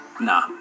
Nah